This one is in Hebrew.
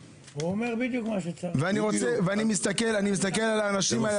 אני מסתכל על האנשים האלה,